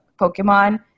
Pokemon